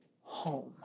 home